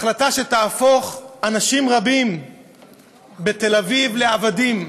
החלטה שתהפוך אנשים רבים בתל-אביב לעבדים,